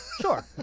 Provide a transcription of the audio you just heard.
Sure